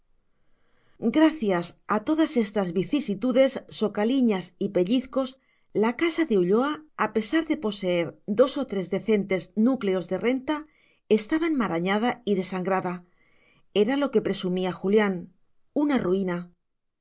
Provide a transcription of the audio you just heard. gracias a todas estas vicisitudes socaliñas y pellizcos la casa de ulloa a pesar de poseer dos o tres decentes núcleos de renta estaba enmarañada y desangrada era lo que presumía julián una ruina